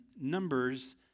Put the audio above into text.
Numbers